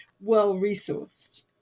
well-resourced